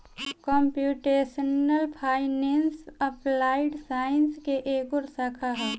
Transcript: computational finance applied science के एगो शाखा ह